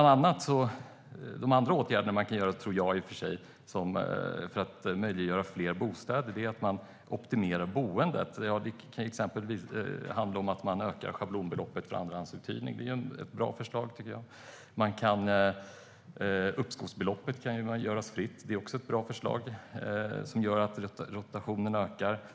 De andra åtgärder jag i och för sig tror att man kan vidta för att möjliggöra fler bostäder handlar om att optimera boendet. Exempelvis kan man höja schablonbeloppet för andrahandsuthyrning. Det tycker jag är ett bra förslag. Att uppskovsbeloppet kan göras fritt är också ett bra förslag som skulle göra att rotationen ökar.